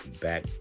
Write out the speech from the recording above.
Back